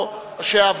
מי נגד?